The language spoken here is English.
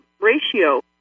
ratio